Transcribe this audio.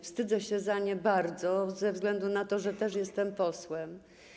Wstydzę się za nie bardzo ze względu na to, że też jestem posłem.